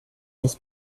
his